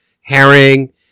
herring